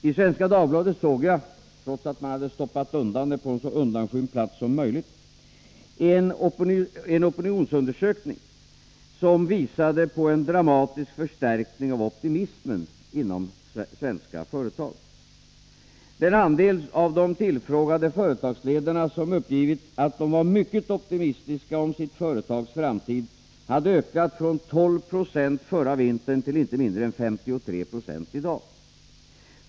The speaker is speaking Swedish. I Svenska Dagbladet såg jag häromdagen — trots att man hade stoppat in den på en så undanskymd plats som möjligt — en opinionsundersökning som visade på en dramatisk förstärkning av optimismen inom svenska företag. Den andel av de tillfrågade företagsledarna som uppgivit att de var ”mycket optimistiska” om sitt företags framtid hade ökat från 12 96 förra vintern till inte mindre än 53 20 i dag.